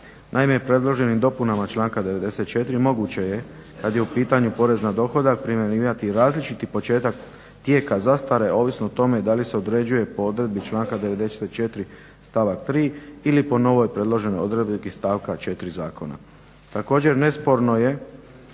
Naime, predloženim dopunama članka 94. moguće je kad je u pitanju porez na dohodak primjenjivati različiti početak tijeka zastare ovisno o tome da li se određuje po odredbi članka 94. stavak 3. ili po novoj predloženoj odredbi stavka 4. zakona.